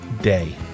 day